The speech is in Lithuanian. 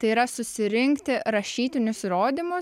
tai yra susirinkti rašytinius įrodymus